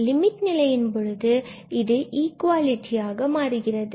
limit நிலையின் பொழுது இது இக்குவாலிடி ஆக மாறுகிறது